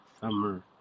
summer